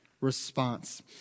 response